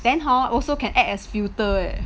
then hor also can act as filter leh